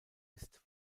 ist